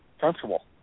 comfortable